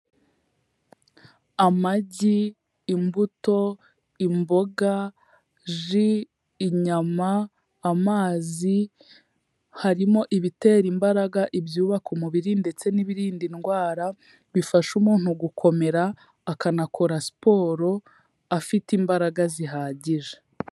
Amagi, imbuto, imboga, ji, inyama, amazi, harimo ibitera imbaraga, ibyubaka umubiri, ndetse n'ibirinda indwara, bifasha umuntu gukomera akanakora siporo afite imbaraga zihagije.